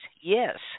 yes